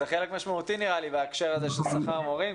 זה חלק משמעותי בהקשר הזה של שכר המורים.